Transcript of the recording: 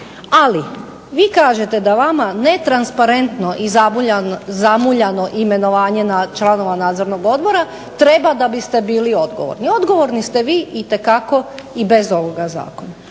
Ali vi kažete da vama netransparentno i zamuljano imenovanje članova nadzornog odbora treba da biste bili odgovorni. Odgovorni ste vi itekako i bez ovoga zakona.